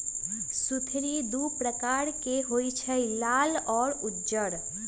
सुथनि दू परकार के होई छै लाल आ उज्जर